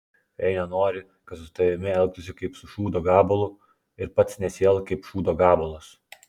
jei nenori kad su tavimi elgtųsi kaip su šūdo gabalu ir pats nesielk kaip šūdo gabalas